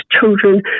children